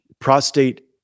Prostate